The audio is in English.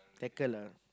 tackle ah